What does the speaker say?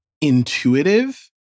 intuitive